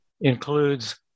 includes